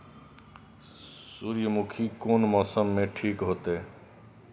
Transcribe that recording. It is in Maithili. सूर्यमुखी कोन मौसम में ठीक होते?